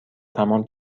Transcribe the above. تمام